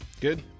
Good